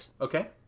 Okay